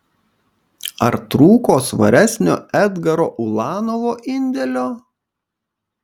ar trūko svaresnio edgaro ulanovo indėlio